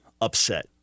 upset